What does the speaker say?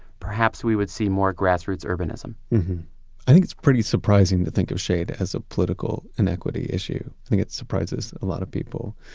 perhaps we would see more grassroots urbanism i think it's pretty surprising to think of shade as a political inequity issue. i think it surprises a lot of people.